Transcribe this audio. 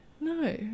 No